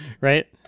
right